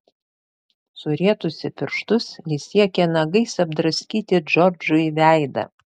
surietusi pirštus ji siekė nagais apdraskyti džordžui veidą